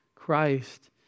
Christ